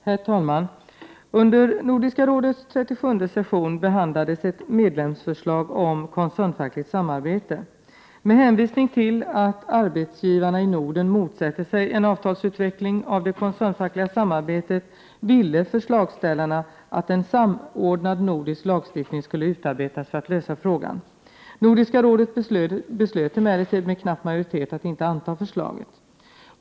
Herr talman! Under Nordiska rådets 37:e session behandlades ett medlemsförslag om koncernfackligt samarbete. Med hänvisning till att arbetsgivarna i Norden motsätter sig en avtalsutveckling av det koncernfackliga samarbetet, ville förslagsställarna att en samordnad nordisk lagstiftning skulle utarbetas för att lösa frågan. Nordiska rådet beslöt emellertid med knapp majoritet att inte anta förslaget.